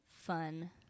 fun